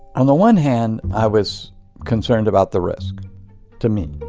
on the one hand, i was concerned about the risk to me.